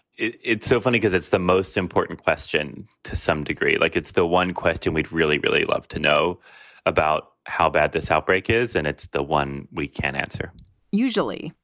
it's it's so funny because it's the most important question to some degree. like it's the one question we'd really, really love to know about how bad this outbreak is. and it's the one we can answer usually,